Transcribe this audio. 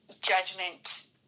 judgment